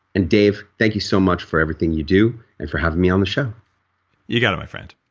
and dave, thank you so much for everything you do and for having me on the show you got it my friend.